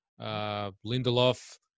Lindelof